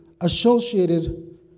associated